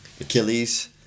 Achilles